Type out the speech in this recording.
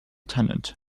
tennant